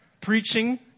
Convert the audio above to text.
preaching